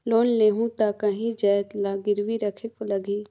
Loan लेहूं ता काहीं जाएत ला गिरवी रखेक लगही?